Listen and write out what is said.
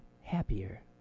happier